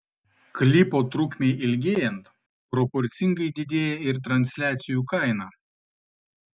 klipo trukmei ilgėjant proporcingai didėja ir transliacijų kaina